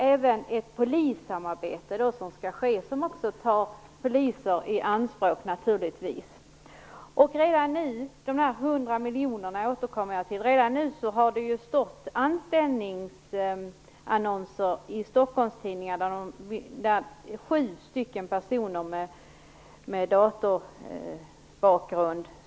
Det polissamarbete som skall ske kommer naturligtvis också att ta ett antal poliser i anspråk. Jag återkommer till de 100 miljonerna. Redan nu har det införts platsannonser i Stockholmstidningarna, där man söker efter sju personer med databakgrund.